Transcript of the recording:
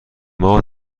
ماه